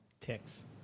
Ticks